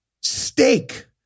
Steak